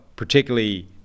particularly